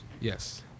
Yes